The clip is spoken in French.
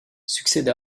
succède